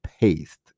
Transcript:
paste